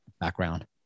background